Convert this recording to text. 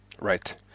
Right